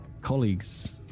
colleagues